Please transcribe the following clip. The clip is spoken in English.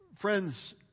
friends